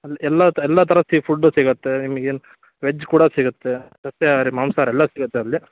ಅಲ್ಲಿ ಎಲ್ಲ ತ ಎಲ್ಲ ಥರದ ಸೀ ಫುಡ್ಡು ಸಿಗುತ್ತೆ ನಿಮ್ಗೇನು ವೆಜ್ ಕೂಡ ಸಿಗುತ್ತೆ ಸಸ್ಯಹಾರ ಮಾಂಸಹಾರ ಎಲ್ಲ ಸಿಗುತ್ತೆ ಅಲ್ಲಿ